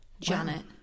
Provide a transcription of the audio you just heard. Janet